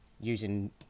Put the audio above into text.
using